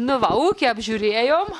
nu va ūkį apžiūrėjom